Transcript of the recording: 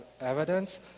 evidence